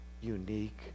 unique